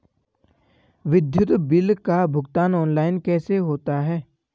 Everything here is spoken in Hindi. विद्युत बिल का भुगतान ऑनलाइन कैसे होता है?